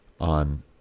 on